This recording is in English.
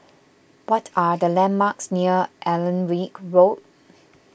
what are the landmarks near Alnwick Road